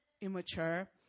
immature